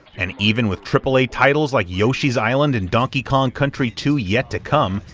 and even with triple-a titles like yoshi's island and donkey kong country two yet to come,